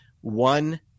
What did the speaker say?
One